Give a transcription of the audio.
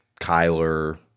Kyler